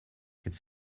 jetzt